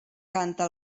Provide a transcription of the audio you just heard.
canta